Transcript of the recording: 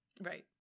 Right